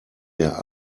der